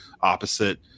opposite